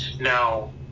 now